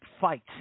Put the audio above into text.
fight